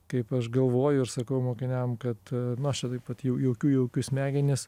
kaip aš galvoju ir sakau mokiniam kad nu aš čia taip vat jau jaukiu jaukiu smegenis